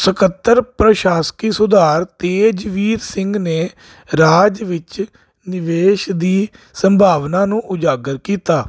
ਸਕੱਤਰ ਪ੍ਰਸ਼ਾਸਕੀ ਸੁਧਾਰ ਤੇਜਵੀਰ ਸਿੰਘ ਨੇ ਰਾਜ ਵਿੱਚ ਨਿਵੇਸ਼ ਦੀ ਸੰਭਾਵਨਾ ਨੂੰ ਉਜਾਗਰ ਕੀਤਾ